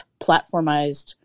platformized